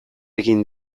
egin